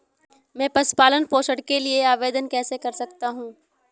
मैं पशु पालन पोषण के लिए आवेदन कैसे कर सकता हूँ?